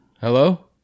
Hello